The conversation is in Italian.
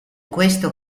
questo